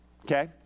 okay